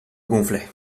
gonflaient